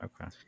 Okay